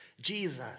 Jesus